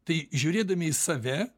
tai žiūrėdami į save